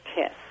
Kiss